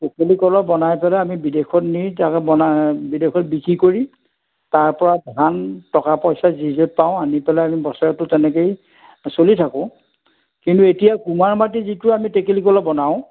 টেকেলি কলহ বনাই পেলাই আমি বিদেশত নি তাক বনাই বিদেশত বিক্ৰী কৰি তাৰপৰা ধান টকা পইচা যি যি পাওঁ আনি পেলাই আমি বছৰটো তেনেকৈয়ে চলি থাকোঁ কিন্তু এতিয়া কুমাৰ মাটি যিটো আমি টেকেলি কলহ বনাওঁ